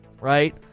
Right